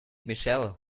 michelle